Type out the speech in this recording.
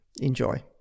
Enjoy